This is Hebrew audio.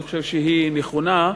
אני חושב שהיא נכונה,